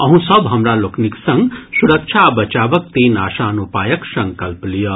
अहूँ सभ हमरा लोकनि संग सुरक्षा आ बचावक तीन आसान उपायक संकल्प लियऽ